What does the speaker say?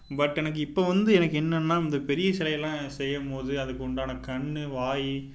but எனக்கு இப்போ வந்து எனக்கு என்னென்னா இந்த பெரிய சிலையெல்லாம் செய்யும் போது அதுக்கு உண்டான கண் வாய்